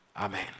Amen